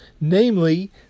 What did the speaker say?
namely